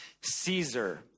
Caesar